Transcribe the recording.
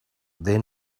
they